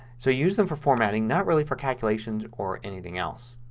so use them for formatting. not really for calculations or anything else.